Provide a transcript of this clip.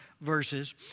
verses